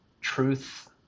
truth